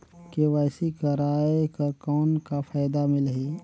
KYC कराय कर कौन का फायदा मिलही?